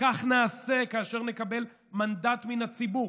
כך נעשה כאשר נקבל מנדט מן הציבור,